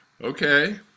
Okay